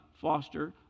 Foster